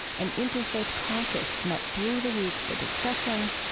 an interfaith caucus met through the week for discussion.